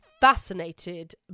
Fascinated